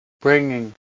bringing